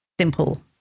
simple